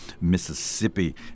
Mississippi